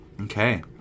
Okay